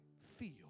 feel